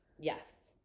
Yes